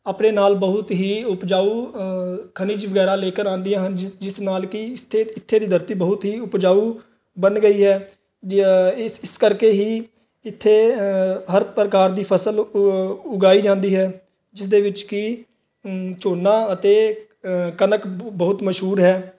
ਆਪਣੇ ਨਾਲ ਬਹੁਤ ਹੀ ਉਪਜਾਊ ਖਣਿਜ ਵਗੈਰਾ ਲੇਕਰ ਆਉਂਦੀਆਂ ਹਨ ਜਿਸ ਜਿਸ ਨਾਲ ਕਿ ਸਥਿ ਇੱਥੇ ਦੀ ਧਰਤੀ ਬਹੁਤ ਹੀ ਉਪਜਾਊ ਬਣ ਗਈ ਹੈ ਜ ਇਸ ਇਸ ਕਰਕੇ ਹੀ ਇੱਥੇ ਹਰ ਪ੍ਰਕਾਰ ਦੀ ਫਸਲ ਉ ਉਗਾਈ ਜਾਂਦੀ ਹੈ ਜਿਸ ਦੇ ਵਿੱਚ ਕਿ ਝੋਨਾ ਅਤੇ ਕਣਕ ਬ ਬਹੁਤ ਮਸ਼ਹੂਰ ਹੈ